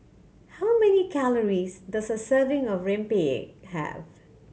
how many calories does a serving of rempeyek have